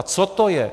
Co to je?